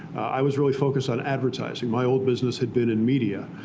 i was really focused on advertising. my old business had been in media,